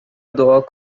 دعا